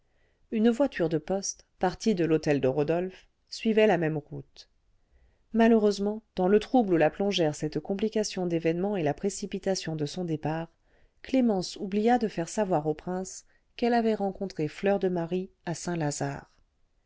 une voiture de poste partie de l'hôtel de rodolphe suivait la même route malheureusement dans le trouble où la plongèrent cette complication d'événements et la précipitation de son départ clémence oublia de faire savoir au prince qu'elle avait rencontré fleur de marie à saint-lazare